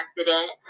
accident